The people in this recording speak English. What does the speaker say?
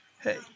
Hey